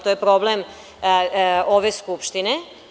To je problem ove Skupštine.